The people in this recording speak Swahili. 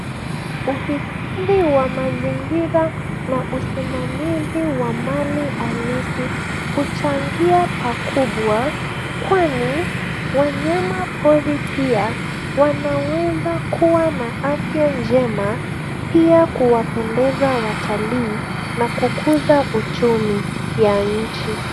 Uhifadhi wa mazingira na usimamizi wa mali halisi, huchangia pakubwa, kwani ,wanyama pori pia, wanaweza kuwa na afya njema, pia kuwapendeza watalii na kukuza uchumi ya nchi.